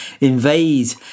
invade